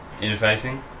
interfacing